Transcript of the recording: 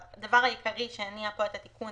המילים "של טיסה